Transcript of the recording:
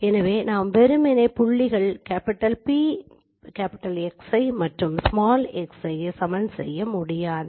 எனவே நாம் வெறுமனே புள்ளிகள் PXi மற்றும் xi ஐ சமன் செய்ய முடியாது